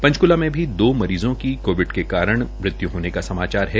पंचकूला में भी दो मरीज़ांध की कोविड के कारण मृत्यु होने का समाचार है